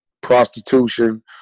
prostitution